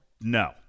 No